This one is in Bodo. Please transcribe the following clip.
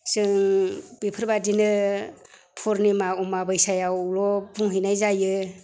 जों बेफोरबायदिनो पुर्निमा अमाबस्याआवल' बुंहैनाय जायो